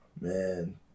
Man